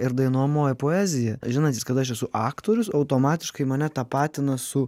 ir dainuojamoji poezija žinantys kad aš esu aktorius automatiškai mane tapatina su